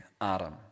Adam